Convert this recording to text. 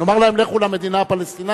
נאמר להם, לכו למדינה הפלסטינית?